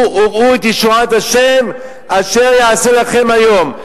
וראו את ישועת השם אשר יעשה לכם היום,